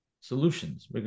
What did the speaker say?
solutions